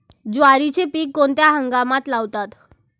ज्वारीचे पीक कोणत्या हंगामात लावतात?